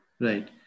right